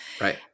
Right